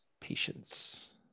patience